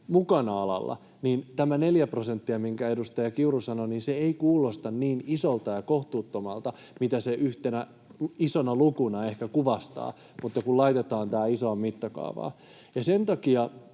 mukana alalla — tämä neljä prosenttia, minkä edustaja Kiuru sanoi, ei kuulosta niin isolta ja kohtuuttomalta, mitä se yhtenä isona lukuna ehkä kuvastaa, mutta kun laitetaan tähän isoon mittakaavaan... Sen takia